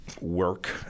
work